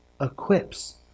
equips